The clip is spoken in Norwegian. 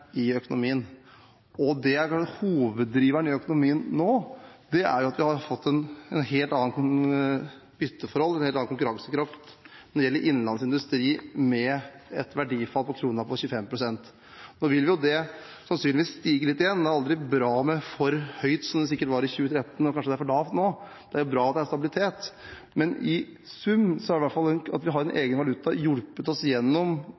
i økonomien. Det som kanskje er hoveddriveren i økonomien nå, er at vi har fått et helt annet bytteforhold, en helt annen konkurransekraft når det gjelder innenlands industri, med et verdifall på kronen på 25 pst. Nå vil det sannsynligvis stige litt igjen. Det er aldri bra med for høyt, som det sikkert var i 2013, og kanskje det er for lavt nå. Det er bra at det er stabilitet. Men i sum har i hvert fall det at vi har en egen valuta, hjulpet oss gjennom